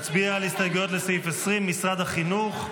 נצביע על הסתייגויות לסעיף 20, משרד החינוך,